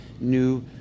new